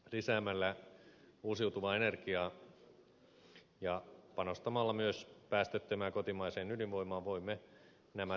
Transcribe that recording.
lisäämällä uusiutuvaa energiaa ja panostamalla myös päästöttömään kotimaiseen ydinvoimaan voimme nämä tavoitteet toteuttaa